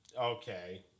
Okay